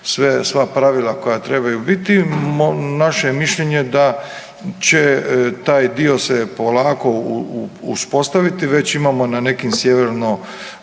sva pravila koja trebaju biti. Naše je mišljenje da će taj dio se polako uspostaviti. Već imamo na nekim